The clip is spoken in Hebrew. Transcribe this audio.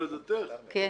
גם